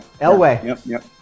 Elway